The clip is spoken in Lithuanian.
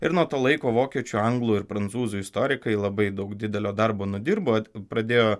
ir nuo to laiko vokiečių anglų ir prancūzų istorikai labai daug didelio darbo nudirbo pradėjo